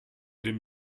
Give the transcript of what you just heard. den